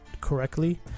correctly